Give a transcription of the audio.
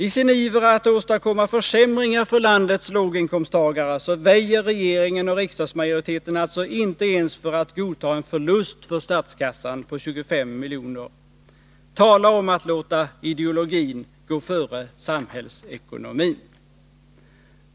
I sin iver att åstadkomma försämringar för landets låginkomsttagare väjer regeringen och riksdagsmajoriteten alltså inte ens för att godta en förlust för statskassan på 25 milj.kr. Tala om att låta ideologin gå före samhällsekonomin!